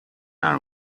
are